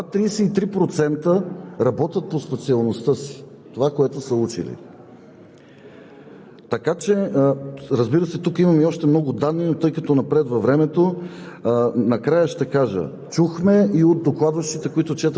от младите хора в Анкетата са обявили, че пушат, 42% признават, че употребяват твърд алкохол, а едва 33% работят по специалността си – това, което са учили.